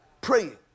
praying